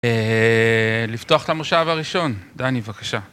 לפתוח את המושב הראשון. דני, בבקשה.